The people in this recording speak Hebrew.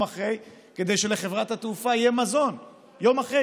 שאחרי כדי שלחברת התעופה יהיה מזון ביום שאחרי,